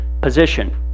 position